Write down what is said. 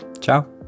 ciao